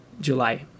July